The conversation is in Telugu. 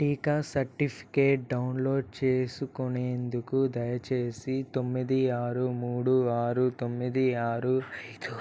టీకా సర్టిఫికేట్ డౌన్లోడ్ చేసుకునేందుకు దయచేసి తొమ్మిది ఆరు మూడు ఆరు తొమ్మిది ఆరు ఐదు